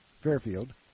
Fairfield